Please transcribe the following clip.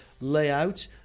layout